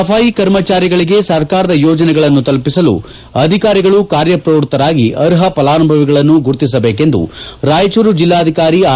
ಸಫಾಯಿ ಕರ್ಮಚಾರಿಗಳಿಗೆ ಸರ್ಕಾರದ ಯೋಜನೆಗಳನ್ನು ತಲುಪಿಸಲು ಅಧಿಕಾರಿಗಳು ಕಾರ್ಯಪ್ರವೃತ್ತರಾಗಿ ಅರ್ಹ ಫಲಾನುಭವಿಗಳನ್ನು ಗುರುತಿಸಬೇಕೆಂದು ರಾಯಚೂರು ಜಿಲ್ಲಾಧಿಕಾರಿ ಆರ್